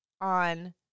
on